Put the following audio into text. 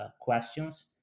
questions